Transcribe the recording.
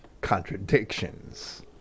contradictions